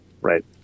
Right